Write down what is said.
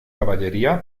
caballería